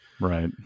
Right